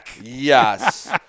Yes